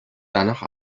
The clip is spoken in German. danach